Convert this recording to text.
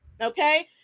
Okay